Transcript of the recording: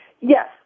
Yes